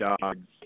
dogs